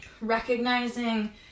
recognizing